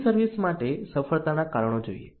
નવી સર્વિસ માટે સફળતાના કારણો જોઈએ